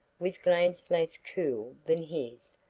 with glance less cool than his,